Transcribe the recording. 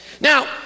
Now